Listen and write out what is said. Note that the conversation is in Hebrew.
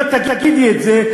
ואם את תגידי את זה,